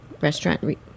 restaurant